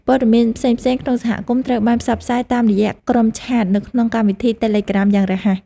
ព័ត៌មានផ្សេងៗក្នុងសហគមន៍ត្រូវបានផ្សព្វផ្សាយតាមរយៈក្រុមឆាតនៅក្នុងកម្មវិធីតេឡេក្រាមយ៉ាងរហ័ស។